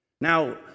Now